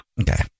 Okay